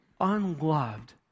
unloved